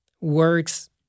works